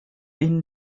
ihnen